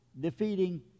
Defeating